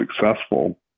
successful